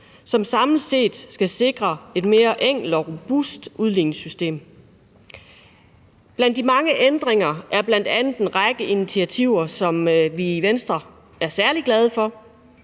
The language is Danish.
som samlet set skal sikre et mere enkelt og robust udligningssystem. Blandt de mange ændringer er bl.a. en række initiativer, som vi i Venstre er særlig glade for.